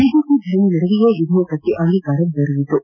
BJP ಧರಣಿ ನಡುವೆಯೇ ವಿಧೇಯಕಕ್ಕೆ ಅಂಗೀಕಾರ ದೊರೆಯಿತು